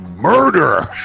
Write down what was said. murder